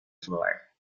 floor